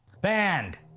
Banned